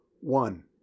one